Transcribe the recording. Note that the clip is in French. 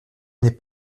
n’est